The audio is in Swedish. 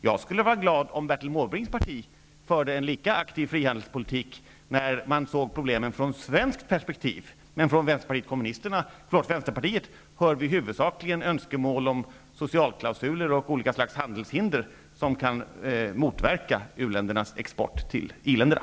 Jag skulle vara glad om Bertil Måbrinks parti förde en lika aktiv frihandelspolitik när man ser problemen från svenskt perspektiv, men från Vänsterpartiet hör vi huvudsakligen önskemål om socialklausuler och olika slags handelshinder som kan motverka u-ländernas export till i-länderna.